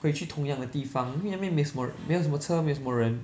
回去同样的地方因为那边没有什么人没有什么车没有什么人